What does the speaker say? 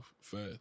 fast